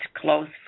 close